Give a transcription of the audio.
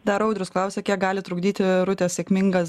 dar audrius klausia kiek gali trukdyti rutės sėkmingas